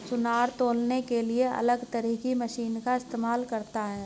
सुनार तौलने के लिए अलग तरह की मशीन का इस्तेमाल करता है